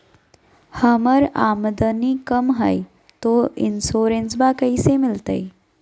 हमर आमदनी कम हय, तो इंसोरेंसबा कैसे मिलते?